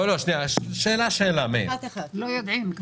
לא, לא, שנייה.